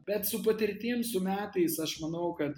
bet su patirtim su metais aš manau kad